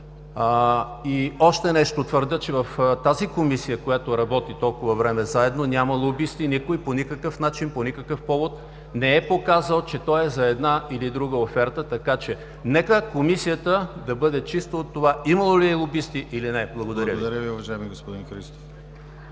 И още нещо, твърдя, че в тази Комисия, която работи толкова време заедно, няма лобисти и никой по никакъв начин, по никакъв повод не е показал, че той е за една или друга оферта, така че нека Комисията да бъде чиста от това имало ли е лобисти, или не! Благодаря Ви. (Ръкопляскания от ГЕРБ).